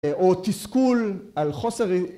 או תסכול על חוסר אי...